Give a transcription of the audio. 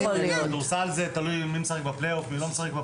בכדורסל זה תלוי מי משחק בפלייאוף ומי לא.